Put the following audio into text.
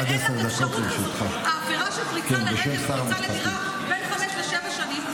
אי-אפשר לקבל, כי זה הופך להיות, בבית משפט מחוזי.